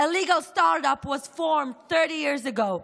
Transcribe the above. a legal start-up was formed 30 years ago.